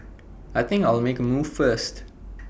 I think I'll make A move first